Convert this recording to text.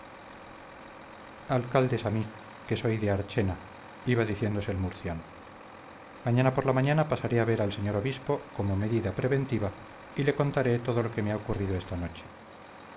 alcaldes a mí que soy de archena iba diciendo el murciano mañana por la mañana pasaré a ver al señor obispo como medida preventiva y le contaré todo lo que me ha ocurrido esta noche